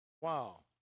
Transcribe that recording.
Wow